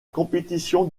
compétition